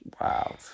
Wow